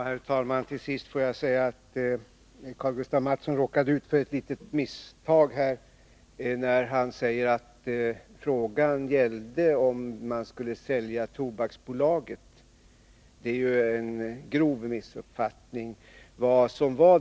Herr talman! Till sist får jag säga att Karl-Gustaf Mathsson råkade ut för ett litet misstag, när han sade att frågan gällde om man skulle sälja Tobaksbolaget. Detta är ju en grov missuppfattning.